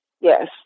Yes